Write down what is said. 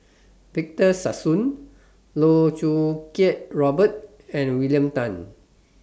Victor Sassoon Loh Choo Kiat Robert and William Tan